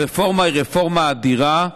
הרפורמה היא רפורמה אדירה,